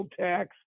tax